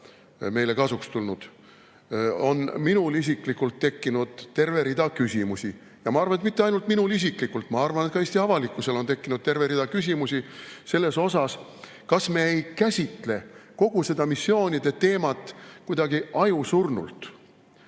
meile kasuks tulnud, on minul isiklikult tekkinud terve rida küsimusi. Ja ma arvan, et mitte ainult minul isiklikult, ma arvan, et Eesti avalikkusel on tekkinud terve rida küsimusi selle kohta, kas me ei käsitle kogu seda missioonide teemat kuidagi ajusurnult.